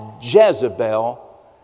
Jezebel